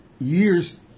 years